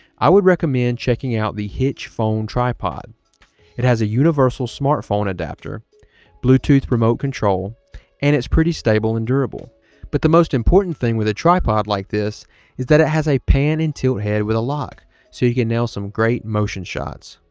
i would recommend checking out the hitch phone tripod it has a universal smartphone adapter bluetooth remote control and it's pretty stable and durable but the most important thing with a tripod like this is that it has a pan and tilt head with a lock so you can now some great motion shots